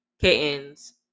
kittens